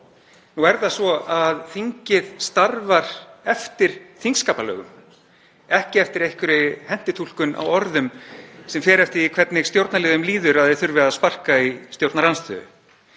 fer á fundum. Þingið starfar eftir þingskapalögum, ekki eftir einhverri hentitúlkun á orðum sem fer eftir því hvernig stjórnarliðum líður, að þeir þurfi að sparka í stjórnarandstöðu.